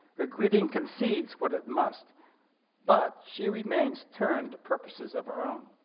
her greeting concedes what it must but she remains turned to purposes of her own.